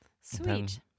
sweet